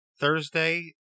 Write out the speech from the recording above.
Thursday